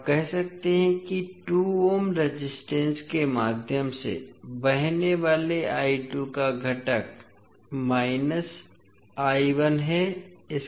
आप कह सकते हैं कि 2 ओम रेजिस्टेंस के माध्यम से बहने वाले का घटक है